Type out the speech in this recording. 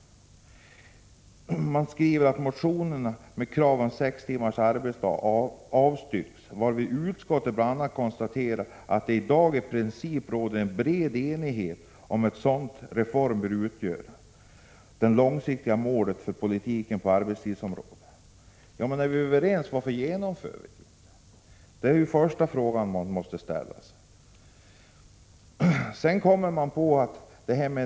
Utskottet skriver att motionerna med krav på sex timmars arbetsdag avstyrks men uttalar samtidigt bl.a.: ”I dag kan konstateras att det i princip råder en bred enighet om att en sådan reform bör utgöra det långsiktiga målet för politiken på arbetstidsområdet.” Om vi är överens, varför genomför vi då inte denna reform? Det är den första frågan som måste ställas.